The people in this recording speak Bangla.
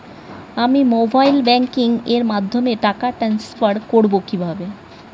আমি মোবাইল ব্যাংকিং এর মাধ্যমে টাকা টান্সফার করব কিভাবে?